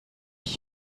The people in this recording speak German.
ich